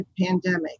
pandemic